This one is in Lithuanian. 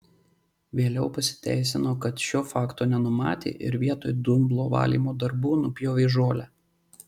vėliau pasiteisino kad šio fakto nenumatė ir vietoj dumblo valymo darbų nupjovė žolę